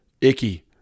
icky